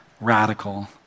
radical